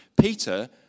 Peter